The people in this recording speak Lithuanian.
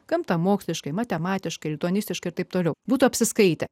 gamta moksliškai matematiškai lituanistiškai ir taip toliau būtų apsiskaitę